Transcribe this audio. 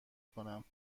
کنم